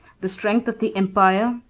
the strength of the empire,